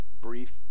brief